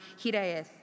hiraeth